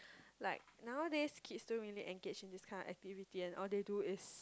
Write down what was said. like nowadays kids don't really engage in this kind of activity and all they do is